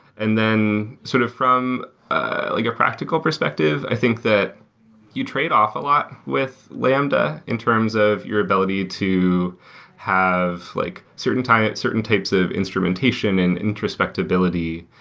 and then sort of from like a practical perspective, i think that you trade off a lot with lambda in terms of your ability to have like certain types certain types of instrumentation and introspectability.